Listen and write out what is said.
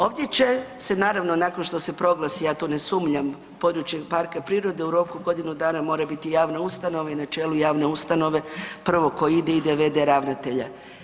Ovdje će se naravno, nakon što se proglasi, ja to ne sumnjam, područje parka prirode, u roku godinu dana mora biti javna ustanova i na čelu javne ustanove, prvo tko ide, ide v.d. ravnatelja.